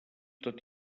tot